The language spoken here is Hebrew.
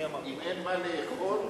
אם אין מה לאכול,